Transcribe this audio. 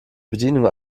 bedienung